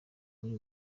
muri